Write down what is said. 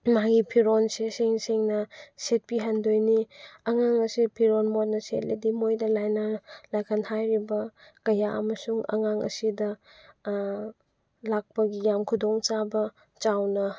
ꯃꯥꯒꯤ ꯐꯤꯔꯣꯜꯁꯦ ꯁꯦꯡ ꯁꯦꯡꯅ ꯁꯦꯠꯄꯤꯍꯟꯗꯣꯏꯅꯤ ꯑꯉꯥꯡ ꯑꯁꯦ ꯐꯤꯔꯣꯜ ꯃꯣꯠꯅ ꯁꯦꯠꯂꯗꯤ ꯃꯣꯏꯗ ꯂꯥꯏꯅꯥ ꯂꯥꯏꯈꯟ ꯍꯥꯏꯔꯤꯕ ꯀꯌꯥ ꯑꯃꯁꯨ ꯑꯉꯥꯡ ꯑꯁꯤꯗ ꯂꯥꯛꯄꯒꯤ ꯌꯥꯝ ꯈꯨꯗꯣꯡꯆꯥꯕ ꯆꯥꯎꯅ